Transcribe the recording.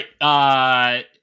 right